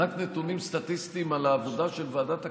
נתונים סטטיסטיים על העבודה של ועדת הכספים,